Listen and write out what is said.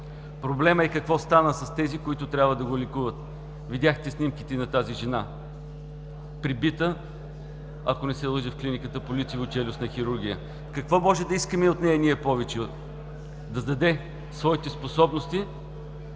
Проблемът е какво стана с тези, които трябва да го лекуват? Видяхте снимките на тази жена – пребита, ако не се лъжа в Клиниката по лицево-челюстна хирургия. Какво може да искаме от нея ние повече – да даде своите способности